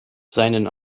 seinen